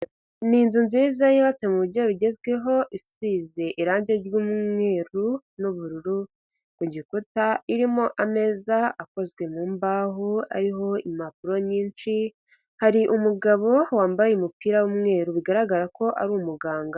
Ni inzu nziza yubatse mu buryo bugezweho, isize irangi ry'umweru n'ubururu mu gikuta, irimo ameza akozwe mu mbahoho ariho impapuro nyinshi, hari umugabo wambaye umupira w'umweru, bigaragara ko ari umuganga.